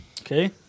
Okay